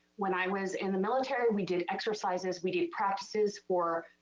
when i was in the military, we did exercises. we did practices for